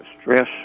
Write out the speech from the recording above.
stress